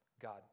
God